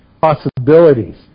possibilities